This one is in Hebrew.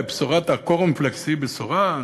האם בשורת הקורנפלקס היא בשורה?